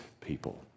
people